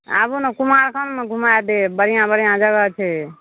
आबू ने कुमारखंडमे घूमा देब बढ़िआँ बढ़िआँ जगह छै